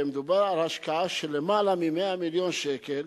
ודובר על השקעה של למעלה מ-100 מיליון שקל